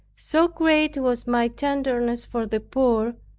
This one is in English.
so great was my tenderness for the poor,